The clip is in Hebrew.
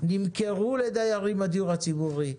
נמכרו לדיירים בדיור הציבורי,